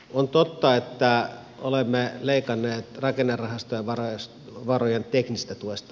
on totta että olemme leikanneet rakennerahastojen varojen teknisestä tuesta